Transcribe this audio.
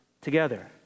together